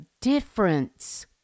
difference